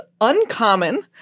uncommon